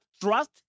trust